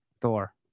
Thor